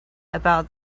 about